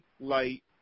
light